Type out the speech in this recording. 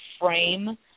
frame